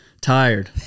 Tired